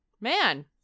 man